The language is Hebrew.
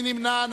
מי נמנע?